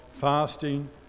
fasting